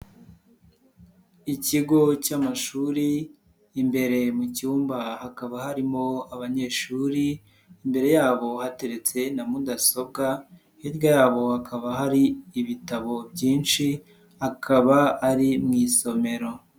Ikigo cy'amashuri imbere mu cyumba hakaba harimo abanyeshuri, imbere yabo hateretse na mudasobwa, hirya yabo hakaba hari ibitabo byinshi, akaba ari mu isomero.